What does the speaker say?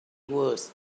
was